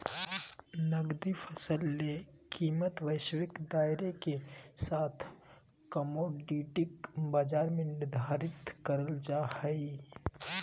नकदी फसल ले कीमतवैश्विक दायरेके साथकमोडिटी बाजार में निर्धारित करल जा हइ